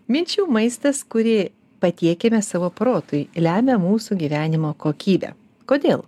minčių maistas kurį patiekiame savo protui lemia mūsų gyvenimo kokybę kodėl